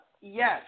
Yes